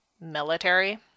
military